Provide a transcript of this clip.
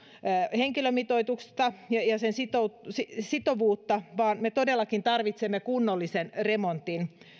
henkilömitoitusta ja sen sitovuutta vaan me todellakin tarvitsemme kunnollisen remontin